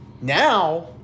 Now